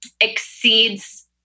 exceeds